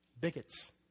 bigots